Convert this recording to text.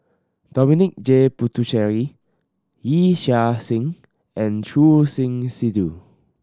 Dominic J Puthucheary Yee Chia Hsing and Choor Singh Sidhu